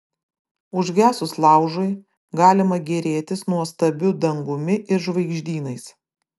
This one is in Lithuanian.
užgesus laužui galima gėrėtis nuostabiu dangumi ir žvaigždynais